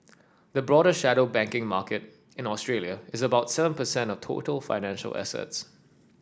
the broader shadow banking market in Australia is about seven percent of total financial assets